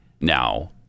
now